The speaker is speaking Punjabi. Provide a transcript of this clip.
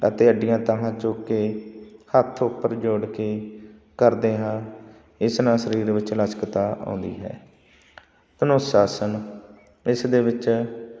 ਅਤੇ ਅੱਡੀਆਂ ਤਾਹਾਂ ਚੁੱਕ ਕੇ ਹੱਥ ਉੱਪਰ ਜੋੜ ਕੇ ਕਰਦੇ ਹਾਂ ਇਸ ਨਾਲ ਸਰੀਰ ਵਿੱਚ ਲਚਕਤਾ ਆਉਂਦੀ ਹੈ ਧਨੁਸ਼ ਆਸਣ ਇਸ ਦੇ ਵਿੱਚ